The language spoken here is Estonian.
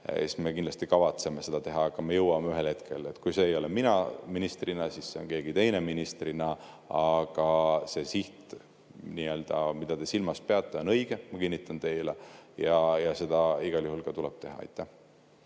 me kindlasti kavatseme seda teha. Aga me jõuame ühel hetkel – kui see ei ole mina ministrina, siis keegi teine ministrina –, see siht, mida te silmas peate, on õige, ma kinnitan teile, ja seda igal juhul tuleb teha. Ja